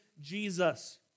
Jesus